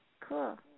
Cool